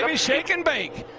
i mean shake n bake.